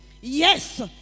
yes